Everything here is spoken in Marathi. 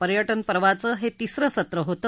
पर्यटन पर्वाचं हे तिसरं सत्र होत